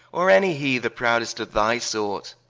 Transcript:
or any he, the proudest of thy sort